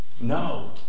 No